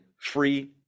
Free